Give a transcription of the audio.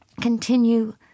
continue